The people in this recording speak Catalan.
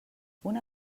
una